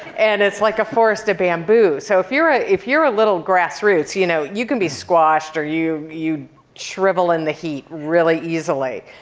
and it's like a forest of bamboo. so if you're ah if you're a little grassroots, you know you can be squashed, or you you shrivel in the heat really easily.